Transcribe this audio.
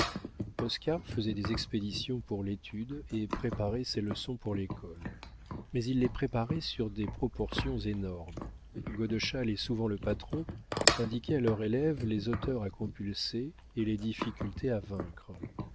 oscar faisait des expéditions pour l'étude et préparait ses leçons pour l'école mais il les préparait sur des proportions énormes godeschal et souvent le patron indiquaient à leur élève les auteurs à compulser et les difficultés à vaincre